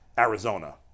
Arizona